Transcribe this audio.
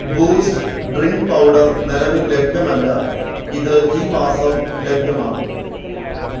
boost drink powder നിലവിൽ ലഭ്യമല്ല ഇത് ഈ മാസം ലഭ്യമാകും